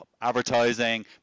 advertising